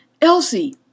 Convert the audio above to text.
Elsie